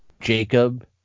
Jacob